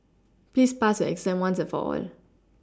please pass exam once and for all